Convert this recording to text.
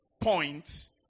point